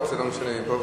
אותנו מעל